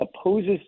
opposes